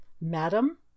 madam